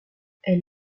elle